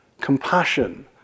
Compassion